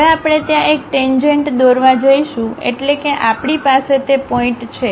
હવે આપણે ત્યાં એક ટેન્જેન્ટ દોરવા જઈશું એટલે કે આપણી પાસે તે પોઇન્ટછે